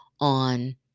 on